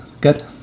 good